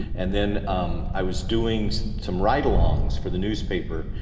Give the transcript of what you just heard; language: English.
and then i was doing some ride alongs for the newspaper,